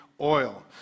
oil